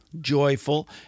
Joyful